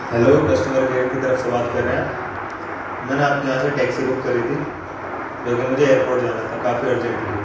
hello customer care کی طرف سے بات کر رہے ہیں آپ میں نے آپ کے یہاں سے ٹیکسی بک کری تھی کیوںکہ مجھے ایئرپوٹ جانا تھا کافی ارجنٹلی